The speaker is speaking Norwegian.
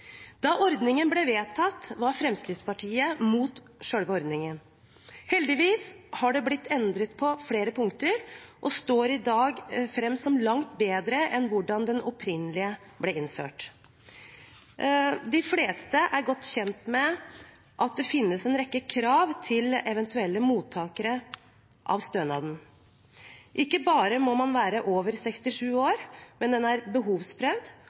Da ordningen ble vedtatt, var Fremskrittspartiet mot selve ordningen. Heldigvis har den blitt endret på flere punkter og framstår i dag som langt bedre enn den som opprinnelig ble innført. De fleste er godt kjent med at det finnes en rekke krav til eventuelle mottakere av stønaden. Ikke bare må man være over 67 år, den er behovsprøvd